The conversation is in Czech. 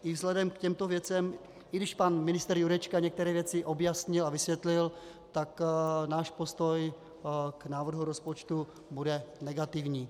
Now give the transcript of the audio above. I vzhledem k těmto věcem, i když pan ministr Jurečka některé věci objasnil a vysvětlil, náš postoj k návrhu rozpočtu bude negativní.